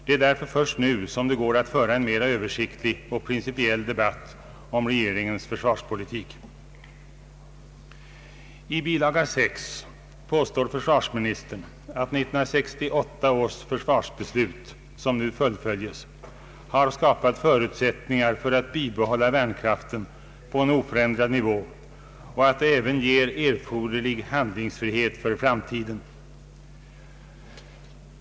Det är därför först nu som det går att föra en mera översiktlig och principiell debatt om regeringens försvarspolitik. I bilaga 6 påstår försvarsministern att 1968 års försvarsbeslut — som nu fullföljes — har skapat förutsättningar för att bibehålla värnkraften på en oförändrad nivå och att det även ger erforderlig handlingsfrihet för framtiden.